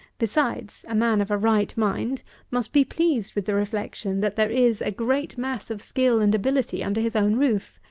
besides, a man of a right mind must be pleased with the reflection, that there is a great mass of skill and ability under his own roof.